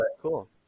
cool